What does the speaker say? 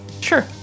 Sure